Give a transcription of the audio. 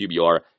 QBR